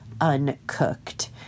uncooked